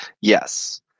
Yes